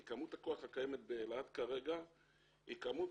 כי כמות הכוח הקיימת באילת כרגע היא כמות